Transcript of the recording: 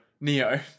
Neo